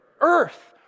earth